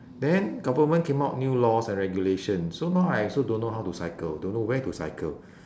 then government came out new laws and regulations so now I also don't know how to cycle don't know where to cycle